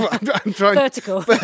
vertical